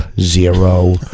zero